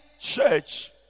church